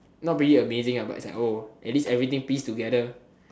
not really amazing ah but it's like oh at least everything piece together